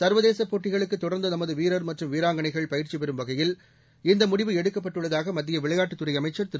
சர்வதேச போட்டிகளுக்கு தொடர்ந்து நமது வீரர் மற்றும் வீராங்கனைகள் பயிற்சி பெறும் வகையில் இந்த முடிவு எடுக்கப்பட்டுள்ளதாக மத்திய விளையாட்டுத் துறை அமைச்சர் திரு